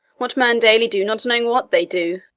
what men daily do, not knowing what they do!